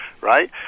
right